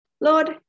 Lord